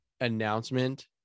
announcement